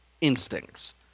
instincts